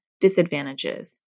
disadvantages